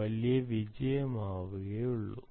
വലിയ വിജയമാകുകയുള്ളൂ